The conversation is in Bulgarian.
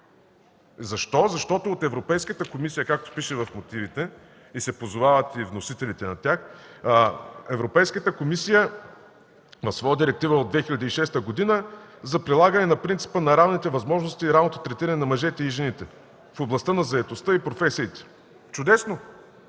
Защо? Защото от Европейската комисия, както пише в мотивите, и вносителите се позовават на тях, в своя директива от 2006 г. – „За прилагане на принципа на равните възможности и равното третиране на мъжете и жените в областта на заетостта и професиите”. Чудесно!